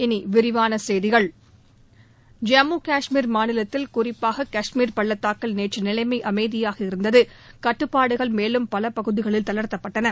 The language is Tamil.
இனி விரிவான செய்திகள் ஜம்மு கஷ்மீர் மாநிலத்தில் குறிப்பாக கஷ்மீர் பள்ளத்தாக்கில் நேற்று நிலைமை அமைதியாக இருந்தது கட்டுப்பாடுகள் மேலும் பல பகுதிகளில் தளர்த்தப்பட்டன